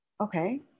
okay